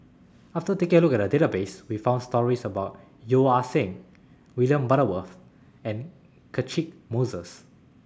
after taking A Look At The Database We found stories about Yeo Ah Seng William Butterworth and Catchick Moses